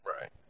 Right